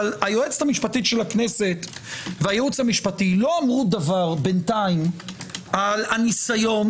היועצת המשפטית של הכנסת והייעוץ המשפטי לא אמרו דבר בינתיים על הניסיון